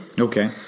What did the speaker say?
Okay